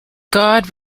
god